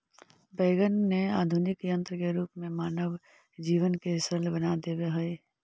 wagon ने आधुनिक यन्त्र के रूप में मानव जीवन के सरल बना देवऽ हई